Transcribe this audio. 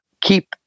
keep